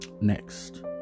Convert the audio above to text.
Next